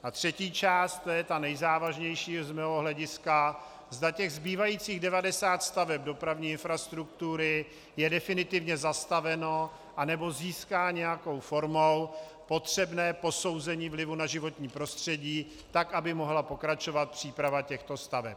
A třetí část, to je ta nejzávažnější z mého hlediska, zda těch zbývajících 90 staveb dopravní infrastruktury je definitivně zastaveno, anebo získá nějakou formou potřebné posouzení vlivu na životní prostředí tak, aby mohla pokračovat příprava těchto staveb.